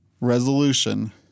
Resolution